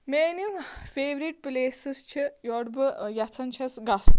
میٛٲنۍ یِم favourite places چھِ یور بہٕ یَژھان چھَس گَژھُن